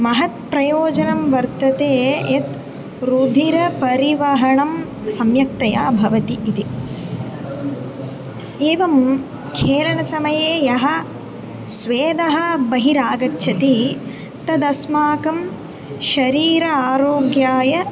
महत् प्रयोजनं वर्तते यत् रुधिरपरिवहनं सम्यक्तया भवति इति एवं खेलनसमये यः स्वेदः बहिरागच्छति तदस्माकं शरीरस्य आरोग्याय